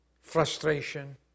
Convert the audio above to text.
frustration